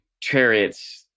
chariots